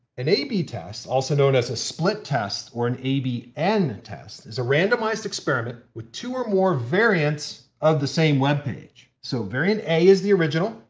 an a b test, also known as a split test, or an a b n test, is a randomized experiment with two or more variants of the same web page. so variant a is the original,